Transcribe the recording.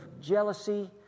jealousy